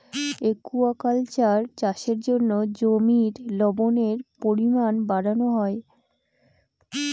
aquaculture চাষের জন্য জমির লবণের পরিমান বাড়ানো হয়